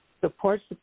supports